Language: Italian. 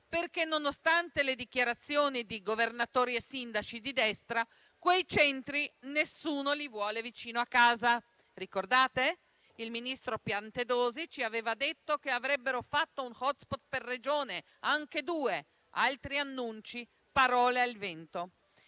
perché, nonostante le dichiarazioni di governatori e sindaci di destra, quei centri nessuno li vuole vicino a casa. Ricordate? Il ministro Piantedosi ci aveva detto che avrebbero fatto un *hotspot* per Regione, anche due: altri annunci, parole al vento.